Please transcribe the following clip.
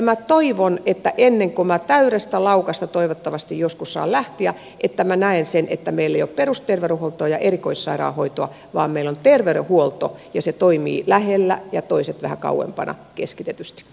minä toivon että ennen kuin minä täydestä laukasta toivottavasti joskus saan lähteä minä näen sen että meillä ei ole perusterveydenhuoltoa ja erikoissairaanhoitoa vaan meillä on terveydenhuolto ja se toimii lähellä ja toiset vähän kauempana keskitetysti